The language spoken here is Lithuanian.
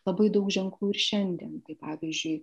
labai daug ženklų ir šiandien tai pavyzdžiui